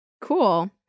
Cool